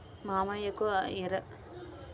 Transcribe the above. మామయ్యకు అరవై ఏళ్లు దాటితే రుణం పొందడం సాధ్యమేనా?